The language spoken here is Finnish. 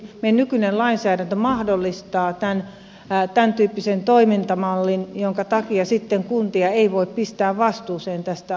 meidän nykyinen lainsäädäntö mahdollistaa tämäntyyppisen toimintamallin minkä takia kuntia ei voi pistää vastuuseen tästä asiasta